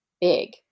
big